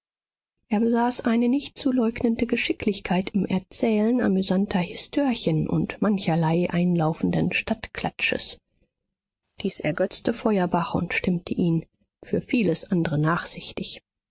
er besaß eine nicht zu leugnende geschicklichkeit im erzählen amüsanter histörchen und mancherlei einlaufenden stadtklatsches dies ergötzte feuerbach und stimmte ihn für vieles andre nachsichtig